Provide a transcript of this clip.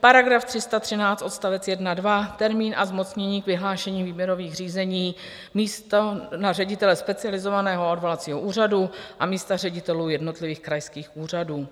§ 313, odst. 1 a 2 termín a zmocnění k vyhlášení výběrových řízení na místo ředitele Specializovaného a odvolacího úřadu a místa ředitelů jednotlivých krajských úřadů.